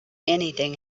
anything